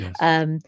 Yes